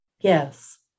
Yes